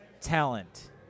talent